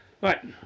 Right